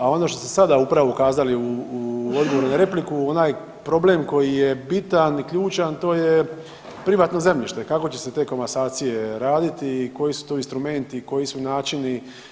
A ono što ste sada upravo ukazali u odgovoru na repliku onaj problem koji je bitan i ključan to je privatno zemljište, kako će se te komasacije raditi i koji su to instrumenti, koji su načini.